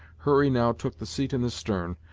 hurry now took the seat in the stern,